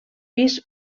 pis